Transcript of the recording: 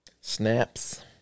snaps